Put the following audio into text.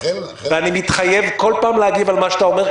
ואני מתחייב בכל פעם להגיב על מה שאתה אומר,